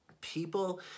people